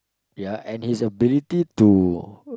ya and his ability to